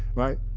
right?